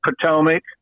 Potomac